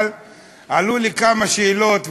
אבל עלו לי כמה שאלות,